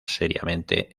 seriamente